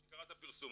מי שקרא את הפרסום.